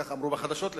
כך אמרו בחדשות לפחות,